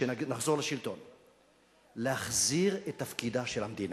כשנחזור לשלטון, להחזיר את תפקידה של המדינה.